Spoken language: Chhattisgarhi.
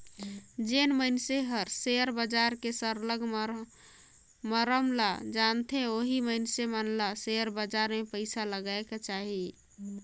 जेन मइनसे हर सेयर बजार के सरलग मरम ल जानथे ओही मइनसे मन ल सेयर बजार में पइसा लगाएक चाही